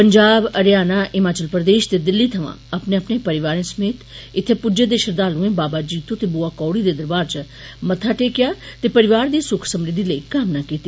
पंजाब हरियाणा हिमाचल प्रदेश ते दिल्ली थमां परिवारें समेत इत्थें पुज्जे दे श्रृद्धालुएं बाबा जित्तो ते बुआ कोड़ी दे दरबार च मत्था टेकेआ ते परिवार दी सुख समृद्दि लेई कामना कीती